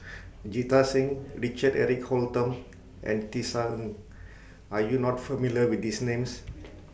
Jita Singh Richard Eric Holttum and Tisa Ng Are YOU not familiar with These Names